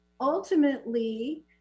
ultimately